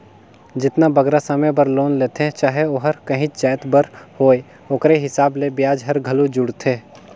जेतना बगरा समे बर लोन लेथें चाहे ओहर काहींच जाएत बर होए ओकरे हिसाब ले बियाज हर घलो जुड़थे